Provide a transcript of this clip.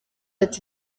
ati